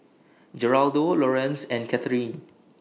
Geraldo Lorenz and Katherin